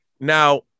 Now